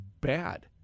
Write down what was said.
bad